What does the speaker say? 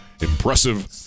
Impressive